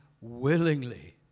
willingly